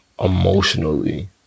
Emotionally